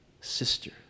sister